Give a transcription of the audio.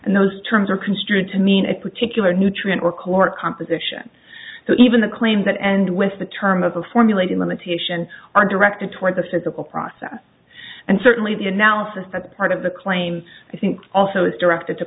and those terms are construed to mean a particular nutrient or core composition so even the claim that and with the term of a formulated limitation are directed toward the physical process and certainly the analysis that's part of the claim i think also is directed to